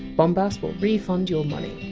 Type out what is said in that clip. bombas will refund your money.